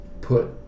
put